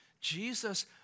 Jesus